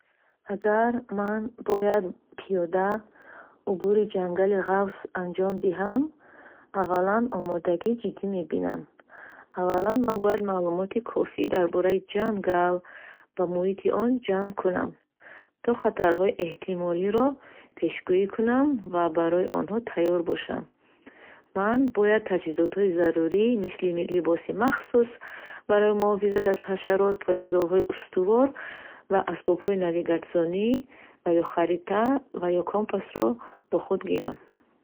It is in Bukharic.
Агар ман бояд бо пиеда убури ҷангали ғафсро анҷом диҳам, аввалан омодагии ҷиддӣ мебинам. Аввал, ман бояд маълумоти кофӣ дар бораи ҷангал ва муҳити он ҷамъ кунам, то хатарҳои эҳтимолиро пешгӯӣ кунам ва барои онҳо тайёр бошам. Ман бояд таҷҳизоти зарурӣ, мисли либоси махсус барои муҳофизат аз хашарот, пойафзолҳои устувор ва асбобҳои навигатсионӣ ва ё харита ва е компасро бо худ гирам.